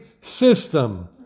system